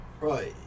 Right